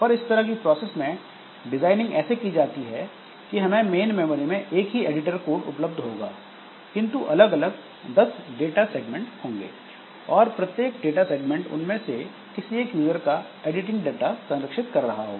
पर इस तरह की प्रोसेस में डिजाइनिंग ऐसे की जाती है कि हमें मेन मेमोरी में एक ही एडिटर कोड उपलब्ध होगा किंतु अलग अलग 10 डाटा सेगमेंट होंगे और प्रत्येक डाटा सेगमेंट उनमें से किसी एक यूजर का एडिटिंग डाटा संरक्षित कर रहा होगा